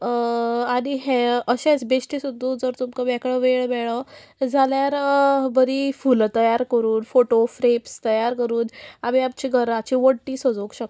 आनी हें अशेंच बेश्टें सुद्दां जर तुमकां मेकळो वेळ मेळ्ळो जाल्यार बरी फुलां तयार कोरून फोटो फ्रेम्स तयार कोरून आमी आमच्या घराची वणटी सजोंक शकता